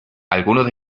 algunos